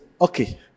okay